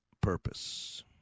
purpose